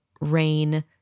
Rain